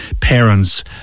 parents